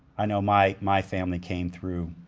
i know my my family came through